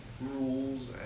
rules